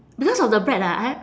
because of the bread ah I